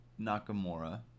Nakamura